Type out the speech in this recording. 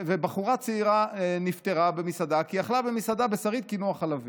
ובחורה צעירה נפטרה במסעדה כי היא אכלה במסעדה בשרית קינוח חלבי.